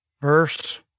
verse